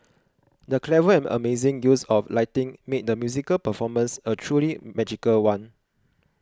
the clever and amazing use of lighting made the musical performance a truly magical one